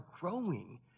growing